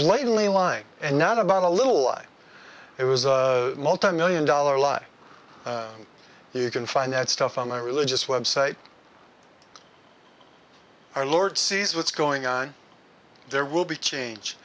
blatantly lying and not about a little lie it was a multimillion dollar lie you can find that stuff on the religious web site our lord sees what's going on there will be change